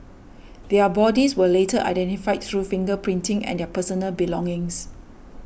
their bodies were later identified through finger printing and their personal belongings